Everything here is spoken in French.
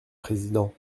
président